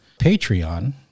Patreon